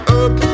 up